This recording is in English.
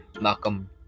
Malcolm